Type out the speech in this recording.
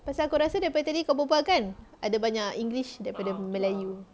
pasal aku rasa daripada tadi kau berbual kan ada banyak english daripada melayu